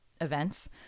events